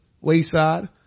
wayside